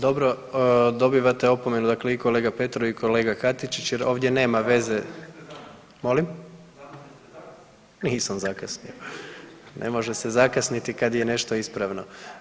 Dobro, dobivate opomenu, dakle i kolega Petrov i kolega Katičić jer ovdje nema veze … [[Upadica: Ne razumije se.]] molim, nisam zakasnio, ne može se zakasniti kad je nešto ispravno.